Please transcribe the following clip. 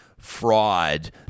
Fraud